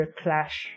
clash